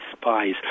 spies